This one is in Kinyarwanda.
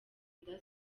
nda